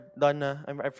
Done